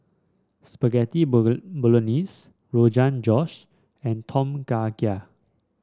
Spaghetti Bolognese Rogan Josh and Tom Kha Gai